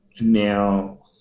Now